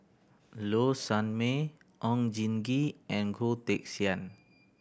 Low Sanmay Oon Jin Gee and Goh Teck Sian